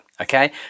Okay